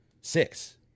six